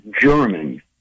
German